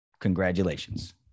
Congratulations